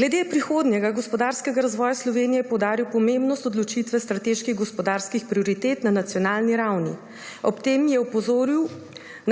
Glede prihodnjega gospodarskega razvoja Slovenije je poudaril pomembnost določitve strateških gospodarskih prioritet na nacionalni ravni. Ob tem je opozoril